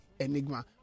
enigma